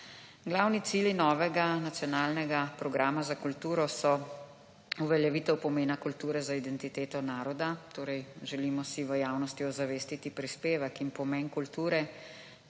Glavni cilji novega nacionalnega programa za kulturo so uveljavitev pomena kulture za identiteto naroda. Torej, želimo si v javnosti ozavestiti prispevek in pomen kulture